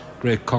great